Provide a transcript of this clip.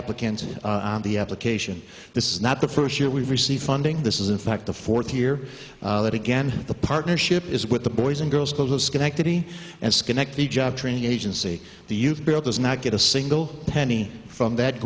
applicant on the application this is not the first year we've received funding this is in fact the fourth year that again the partnership is with the boys and girls schools of schenectady and schenectady job training agency the youth build does not get a single penny from that